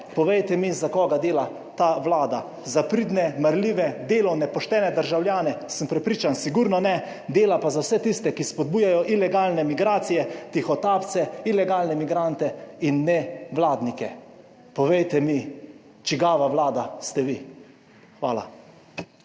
Povejte mi za koga dela ta Vlada? Za pridne, marljive, delovne, poštene državljane - sem prepričan, sigurno ne. Dela pa za vse tiste, ki spodbujajo ilegalne migracije, tihotapce, ilegalne migrante in nevladnike. Povejte mi, čigava Vlada ste vi? Hvala.